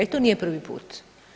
I to nije prvi put.